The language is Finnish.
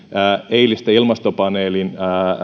eilistä ilmastopaneelin